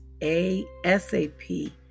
ASAP